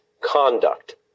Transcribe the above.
conduct